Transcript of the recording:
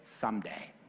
someday